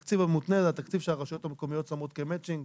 התקציב המותנה זה התקציב שהרשויות המקומיות שמות כמצ'ינג,